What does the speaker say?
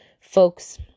folks